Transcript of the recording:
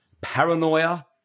paranoia